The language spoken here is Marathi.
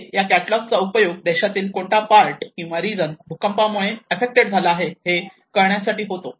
हे या कॅटलॉग चा उपयोग देशातील कोणता पार्ट किंवा रिजन भूकंपामुळे आफ्फेक्टेड झाला आहे हे कळण्यासाठी होतो